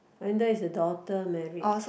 wonder is the daughter married